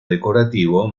decorativo